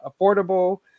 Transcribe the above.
affordable